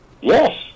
Yes